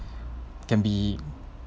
can be